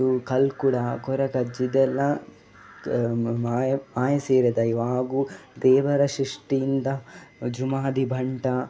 ಮತ್ತು ಕಲ್ಕುಡ ಕೊರಗಜ್ಜ ಇದೆಲ್ಲಾ ಮಾಯ ಮಾಯ ಸೇರಿದ ದೈವ ಹಾಗೂ ದೇವರ ಸೃಷ್ಟಿಯಿಂದ ಜುಮಾದಿ ಭಂಟ